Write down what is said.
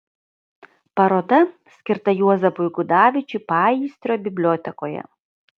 paroda skirta juozapui gudavičiui paįstrio bibliotekoje